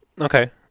okay